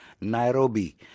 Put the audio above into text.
Nairobi